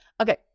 Okay